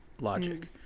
logic